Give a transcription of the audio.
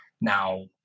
Now